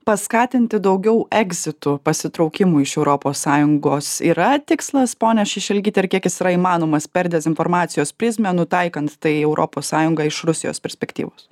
paskatinti daugiau egzitų pasitraukimų iš europos sąjungos yra tikslas ponia šešelgyte ir kiekis yra įmanomas per dezinformacijos prizmę nutaikant tai į europos sąjungą iš rusijos perspektyvos